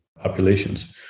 populations